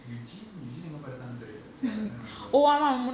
eugene eugene எங்கபடுத்தான்னுதெரில:enka paduthannu therila ya I can't remember